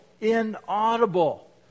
inaudible